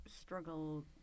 struggle